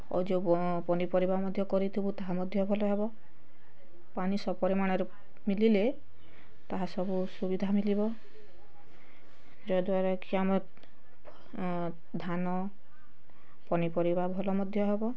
ଆଉ ଯେଉଁ ପନିପରିବା ମଧ୍ୟ କରିଥିବୁ ତାହା ମଧ୍ୟ ଭଲ ହେବ ପାଣି ସପରିମାଣରେ ମିଲିଲେ ତାହା ସବୁ ସୁବିଧା ମିଲିବ ଯାଦ୍ଵାରା କି ଆମର ଧାନ ପନିପରିବା ଭଲ ମଧ୍ୟ ହବ